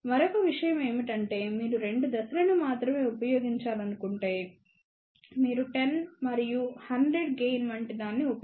మరొక విషయం ఏమిటంటే మీరు 2 దశలను మాత్రమే ఉపయోగించాలనుకుంటే మీరు 10 మరియు 100 గెయిన్ వంటి దాన్ని ఉపయోగించవచ్చు 31